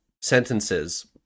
sentences